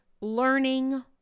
learning